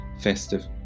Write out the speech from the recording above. festive